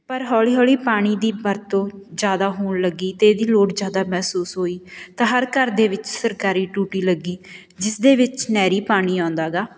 ਪਰ ਹੌਲੀ ਹੌਲੀ ਪਾਣੀ ਦੀ ਵਰਤੋਂ ਜ਼ਿਆਦਾ ਹੋਣ ਲੱਗੀ ਅਤੇ ਇਹਦੀ ਲੋੜ ਜ਼ਿਆਦਾ ਮਹਿਸੂਸ ਹੋਈ ਤਾਂ ਹਰ ਘਰ ਦੇ ਵਿੱਚ ਸਰਕਾਰੀ ਟੂਟੀ ਲੱਗੀ ਜਿਸਦੇ ਵਿੱਚ ਨਹਿਰੀ ਪਾਣੀ ਆਉਂਦਾ ਗਾ